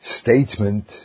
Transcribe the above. statement